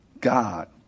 God